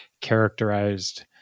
characterized